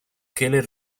keller